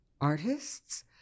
artists